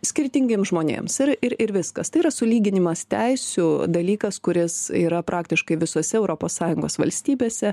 skirtingiem žmonėms ir ir ir viskas tai yra sulyginimas teisių dalykas kuris yra praktiškai visose europos sąjungos valstybėse